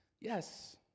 Yes